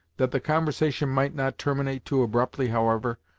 that the conversation might not terminate too abruptly, however,